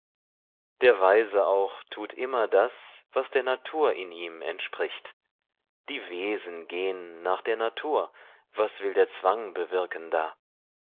der weise auch tut immer das was der natur in ihm entspricht die wesen gehn nach der natur was will der zwang bewirken da